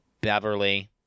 Beverly